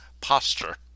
posture